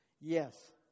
Yes